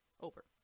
Over